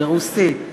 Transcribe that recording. ברוסית.